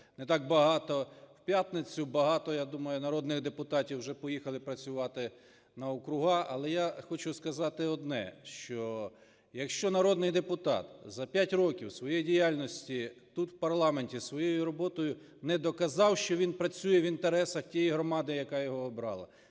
не так багато. В п'ятницю багато, я думаю, народних депутатів уже поїхали працювати на округа. Але я хочу сказати одне, що, якщо народний депутат за 5 років своєї діяльності тут в парламенті своєю роботою не доказав, що він працює в інтересах тієї громади, яка його обрала,